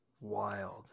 Wild